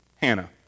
Hannah